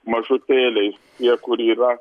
mažutėliais tie kur yra